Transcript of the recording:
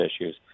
issues